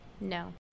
No